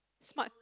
smart